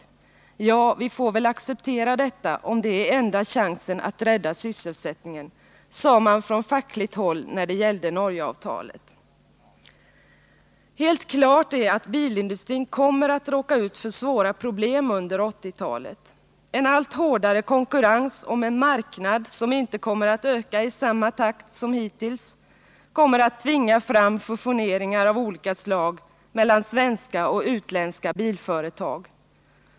”Ja, vi får väl acceptera detta, om det är enda chansen att rädda sysselsättningen”, sade man från fackligt håll när det gällde Norge-avtalet. Det är helt klart att bilindustrin kommer att råka ut för svåra problem under 1980-talet. En allt hårdare konkurrens om en marknad som inte kommer att öka i samma takt som hittills tvingar fram fusioneringar av olika slag mellan svenska och utländska bilföretag.